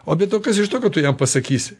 o be to kas iš to kad tu jam pasakysi